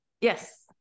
Yes